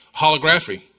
holography